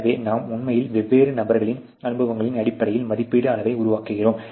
எனவே நாம் உண்மையில் வெவ்வேறு நபர்களின் அனுபவங்களின் அடிப்படையில் மதிப்பீடு அளவை உருவாக்குகிறோம்